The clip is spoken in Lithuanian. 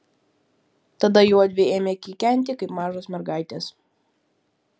tada juodvi ėmė kikenti kaip mažos mergaitės